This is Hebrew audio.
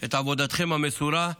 את עבודתכם המסורה.